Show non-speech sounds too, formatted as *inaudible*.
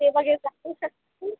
ते वगैरे चालू *unintelligible*